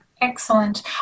Excellent